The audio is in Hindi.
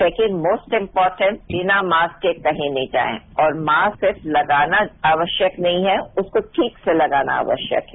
सेकेंड मोस्ट इपॉर्टेट बिना मास्क के कहीं नहीं जाए और मास्क सिर्फ लगाना आवश्यक नहीं है उसको ठीक से लगाना आवश्यक है